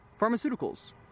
pharmaceuticals